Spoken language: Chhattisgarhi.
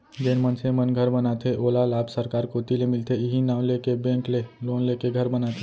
जेन मनसे मन घर बनाथे ओला लाभ सरकार कोती ले मिलथे इहीं नांव लेके बेंक ले लोन लेके घर बनाथे